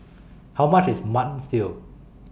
How much IS Mutton Stew